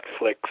Netflix